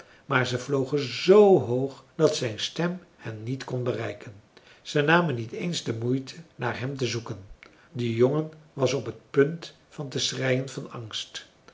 maar ze vlogen zoo hoog dat zijn stem hen niet kon bereiken ze namen niet eens de moeite naar hem te zoeken de jongen was op het punt van te schreien van angst